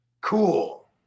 Cool